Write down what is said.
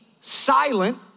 silent